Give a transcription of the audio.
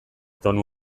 tonu